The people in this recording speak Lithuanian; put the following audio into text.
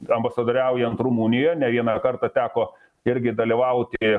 ambasadoriaujant rumunijoj ne vieną kartą teko irgi dalyvauti